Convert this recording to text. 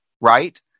right